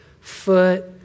foot